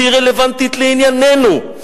שהיא רלוונטית לענייננו,